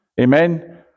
Amen